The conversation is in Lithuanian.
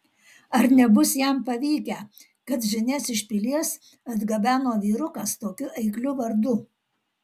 ar nebus jam pavykę kad žinias iš pilies atgabeno vyrukas tokiu eikliu vardu